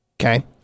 Okay